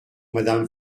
madame